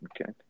Okay